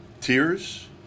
Tears